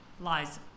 lies